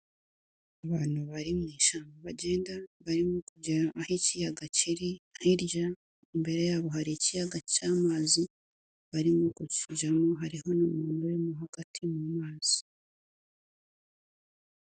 Abantu bari mu ishyamba bagenda barimo kugera aho ikiyaga kiri, hirya imbere yabo hari ikiyaga cy'amazi barimo kujyamo, hariho n'umuntu urimo hagati mu mazi.